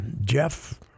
Jeff